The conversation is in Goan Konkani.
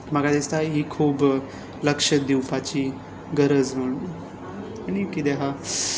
म्हाका दिसता ही खूब लक्ष दिवपाची गरज म्हूण आनी कितें आसा